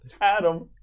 Adam